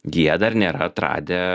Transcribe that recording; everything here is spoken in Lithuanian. gi jie dar nėra atradę